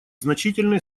значительные